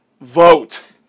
Vote